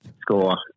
score